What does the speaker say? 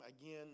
again